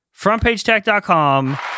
frontpagetech.com